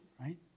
right